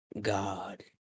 God